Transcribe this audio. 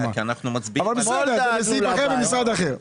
אבל בסדר, זה סעיף אחר במשרד אחר.